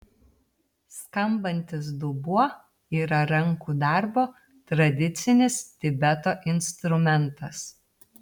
skambantis dubuo yra rankų darbo tradicinis tibeto instrumentas